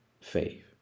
Faith